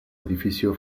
edificio